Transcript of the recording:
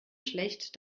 schlecht